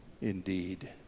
indeed